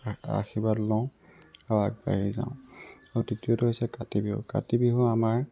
আশীৰ্বাদ লওঁ আৰু আগবাঢ়ি যাওঁ আৰু তৃতীয়টো হৈছে কাতি বিহু কাতি বিহু আমাৰ